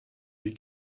die